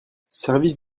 service